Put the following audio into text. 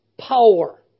power